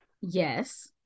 Yes